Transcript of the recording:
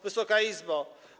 Wysoka Izbo!